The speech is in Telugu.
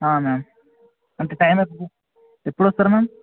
మ్యామ్ అంటే టైమ్ ఎప్పడు ఎప్పుడు వస్తారు మ్యామ్